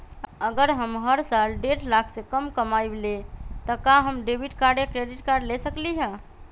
अगर हम हर साल डेढ़ लाख से कम कमावईले त का हम डेबिट कार्ड या क्रेडिट कार्ड ले सकली ह?